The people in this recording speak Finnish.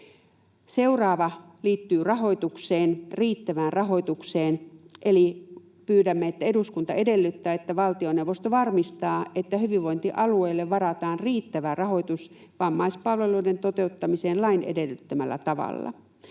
Seuraava liittyy rahoitukseen, riittävään rahoitukseen. Eli pyydämme, että ”eduskunta edellyttää, että valtioneuvosto varmistaa, että hyvinvointialueille varataan riittävä rahoitus vammaispalveluiden toteuttamiseen lain edellyttämällä tavalla”.